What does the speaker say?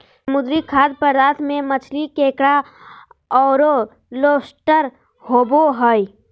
समुद्री खाद्य पदार्थ में मछली, केकड़ा औरो लोबस्टर होबो हइ